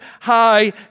high